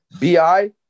BI